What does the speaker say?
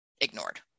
ignored